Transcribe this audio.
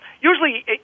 Usually